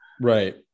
Right